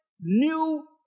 new